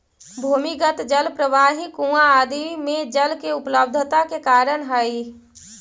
भूमिगत जल प्रवाह ही कुआँ आदि में जल के उपलब्धता के कारण हई